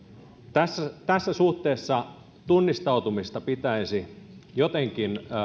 tässä tässä suhteessa tunnistautumista pitäisi jotenkin